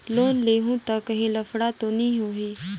Loan लेहूं ता काहीं लफड़ा तो नी होहि?